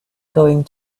going